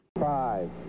Five